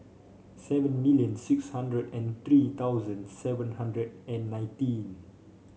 seven million six hundred and three thousand seven hundred and nineteen